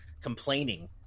complaining